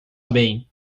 bem